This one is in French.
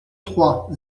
trois